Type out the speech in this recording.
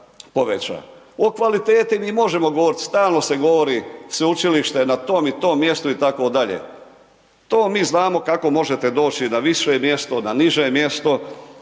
O kvaliteti mi možemo govoriti, stalno se govori, sveučilište je na tom i tom mjestu itd. To mi znamo kako možete doći na više mjesto, na niže mjesto